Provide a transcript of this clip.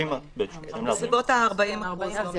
בסביבות ה-40% לא מתייצבים.